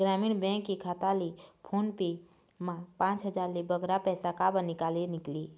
ग्रामीण बैंक के खाता ले फोन पे मा पांच हजार ले बगरा पैसा काबर निकाले निकले?